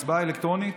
הצבעה אלקטרונית.